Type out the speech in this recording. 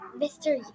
Mr